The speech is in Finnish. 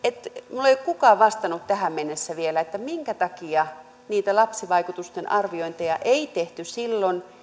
minulle ei ole kukaan vastannut tähän mennessä vielä minkä takia niitä lapsivaikutusten arviointeja ei tehty silloin